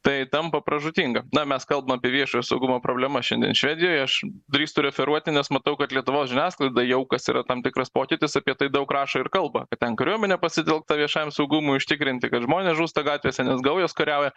tai tampa pražūtinga na mes kalbam apie viešojo saugumo problemas šiandien švedijoj aš drįstu referuoti nes matau kad lietuvos žiniasklaida jau kas yra tam tikras pokytis apie tai daug rašo ir kalba kad ten kariuomenė pasitelkta viešajam saugumui užtikrinti kad žmonės žūsta gatvėse nes gaujos kariauja